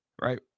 right